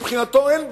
מבחינתו אין בעיה,